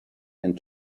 and